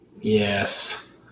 Yes